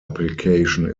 application